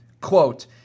Quote